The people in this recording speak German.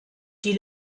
die